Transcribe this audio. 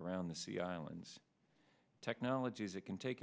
around the sea islands technologies that can take